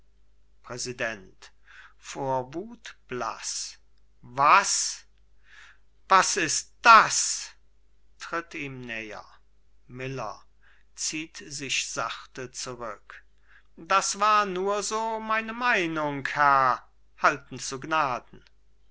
blaß was was ist das tritt näher miller zieht sich sachte zurück das war nur so meine meinung herr halten zu gnaden